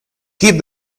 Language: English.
keep